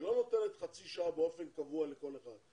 שלא נותנת חצי שעה באופן קבוע לכל אחד,